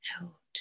out